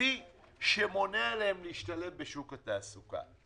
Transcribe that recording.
המרכזי שמונע מהם להשתלב בשוק התעסוקה,